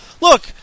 Look